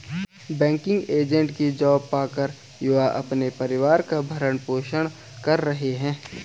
banking agent की job पाकर युवा अपने परिवार का भरण पोषण कर रहे है